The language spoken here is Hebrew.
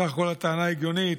בסך הכול הטענה הגיונית,